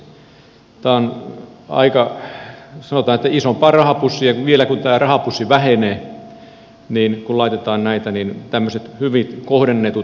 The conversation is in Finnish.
sanotaan että kun isompaan rahapussiin ja vielä kun tämä rahapussi vähenee laitetaan näitä niin tämmöiset hyvin kohdennetut ja ajatellut tuet vähenevät